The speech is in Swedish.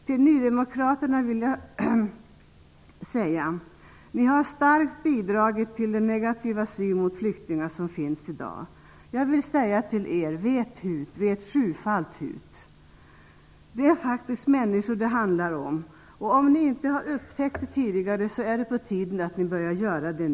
Till nydemokraterna vill jag säga att ni starkt har bidragit till den negativa syn på flyktingar som finns i dag. Jag vill säga till er: Vet hut, vet sjufalt hut! Det handlar faktiskt om människor, och om ni inte har upptäckt det tidigare är det på tiden att ni börjar göra det.